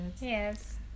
yes